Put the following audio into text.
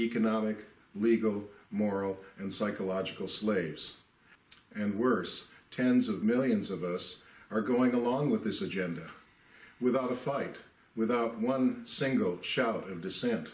economic legal moral and psychological slaves and worse tens of millions of us are going along with this agenda without a fight without one single shout of dissent